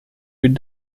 with